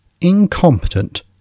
incompetent